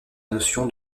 notion